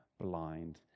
blind